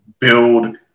build